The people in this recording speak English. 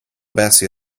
bessie